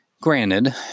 Granted